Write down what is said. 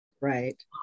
Right